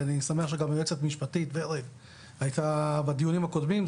ואני שמח שגם היועצת המשפטית ורד הייתה בדיונים הקודמים,